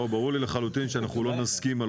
ברור לי לחלוטין שאנחנו לא נסכים על